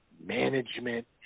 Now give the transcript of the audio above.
management